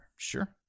Sure